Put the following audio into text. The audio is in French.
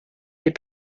des